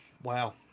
wow